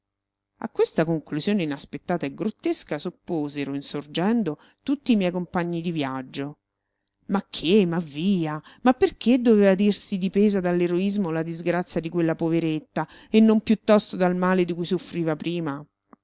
a questa conclusione inaspettata e grottesca s'opposero insorgendo tutti i miei compagni di viaggio ma che ma via ma perché doveva dirsi dipesa dall'eroismo la disgrazia di quella poveretta e non piuttosto dal male di cui soffriva prima